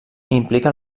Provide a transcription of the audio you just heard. implica